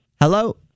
Hello